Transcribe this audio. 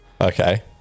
Okay